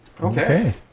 Okay